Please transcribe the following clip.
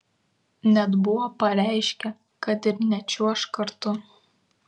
net buvo pareiškę kad ir nečiuoš kartu